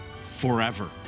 forever